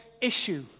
issue